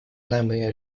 нами